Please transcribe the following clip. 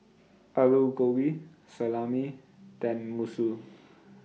Alu Gobi Salami Tenmusu